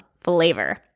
flavor